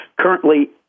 currently